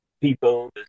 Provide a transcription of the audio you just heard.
people